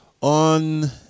On